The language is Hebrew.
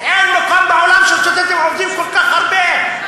אין מקום בעולם שהסטודנטים עובדים כל כך הרבה.